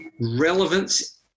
relevance